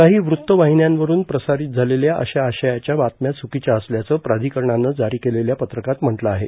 काही वृत्त वाहिन्यांवरुन प्रसारित झालेल्या अशा आशयाच्या बातम्या च्रकीच्या असल्याचं प्राधिकरणानं जारी केलेल्या पत्रकात म्हटलं आहे